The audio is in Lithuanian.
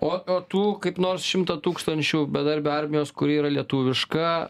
o o tų kaip nors šimto tūkstančių bedarbių armijos kuri yra lietuviška